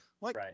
Right